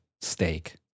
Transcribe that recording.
steak